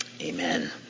Amen